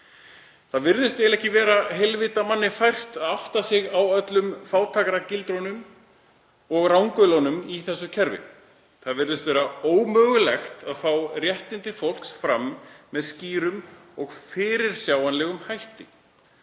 Það virðist eiginlega ekki vera heilvita manni fært að átta sig á öllum fátæktargildrunum og rangölunum í þessu kerfi. Það virðist vera ómögulegt að fá réttindi fólks fram með skýrum og fyrirsjáanlegum hætti.